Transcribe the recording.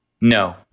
No